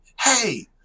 Hey